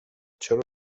چرا